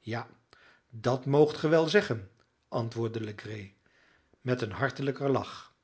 ja dat moogt ge wel zeggen antwoordde legree met een hartelijken lach